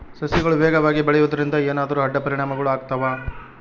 ಸಸಿಗಳು ವೇಗವಾಗಿ ಬೆಳೆಯುವದರಿಂದ ಏನಾದರೂ ಅಡ್ಡ ಪರಿಣಾಮಗಳು ಆಗ್ತವಾ?